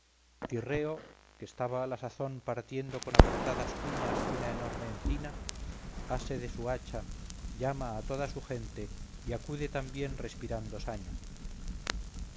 tirreo que estaba a la sazón partiendo con apretadas cuñas una enorme encina ase de su hacha llama a toda su gente y acude también respirando saña